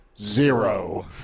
Zero